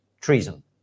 treason